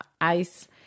ice